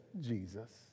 Jesus